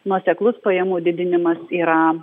nuoseklus pajamų didinimas yra